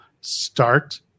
start